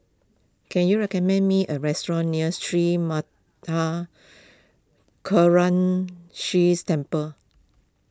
can you recommend me a restaurant near Sri Temple